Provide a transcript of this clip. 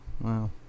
Wow